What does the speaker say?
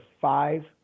five